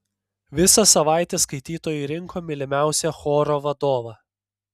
visą savaitę skaitytojai rinko mylimiausią choro vadovą